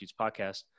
podcast